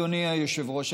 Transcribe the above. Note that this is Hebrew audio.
אדוני היושב-ראש,